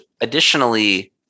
additionally